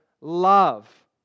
love